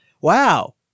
Wow